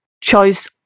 choice